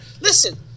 listen